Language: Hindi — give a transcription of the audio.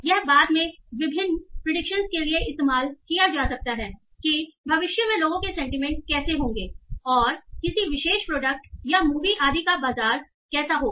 यह बाद में विभिन्न प्रीडेक्शन के लिए इस्तेमाल किया जा सकता है कि भविष्य में लोगों के सेंटीमेंट्स कैसे होंगे और किसी विशेष प्रोडक्ट या मूवी आदि का बाजार कैसा होगा